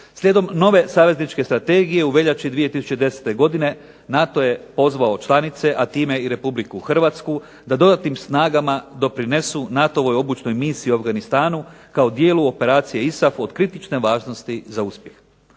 Slijedom nove savezničke strategije u veljači 2010. godine NATO je pozvao članice, a time i RH da dodatnim snagama doprinesu NATO-voj obučnoj misiji u Afganistanu kao dijelu operacije ISAF od kritične važnosti za uspjeh.